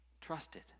trusted